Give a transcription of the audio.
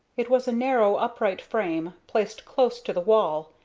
it was a narrow, upright frame, placed close to the wall,